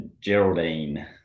Geraldine